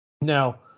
Now